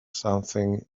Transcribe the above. something